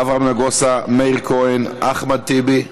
אברהם נגוסה, מאיר כהן, אחמד טיבי.